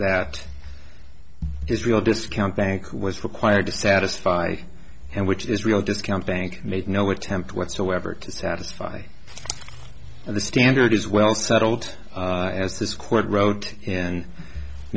that israel discount bank was required to satisfy and which israel discount bank made no attempt whatsoever to satisfy the standard is well settled as this court wrote and i